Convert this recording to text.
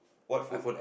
what food